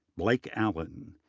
blake allen,